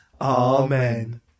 Amen